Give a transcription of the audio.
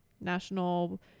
national